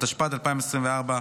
התשפ"ד 2024,